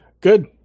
Good